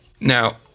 Now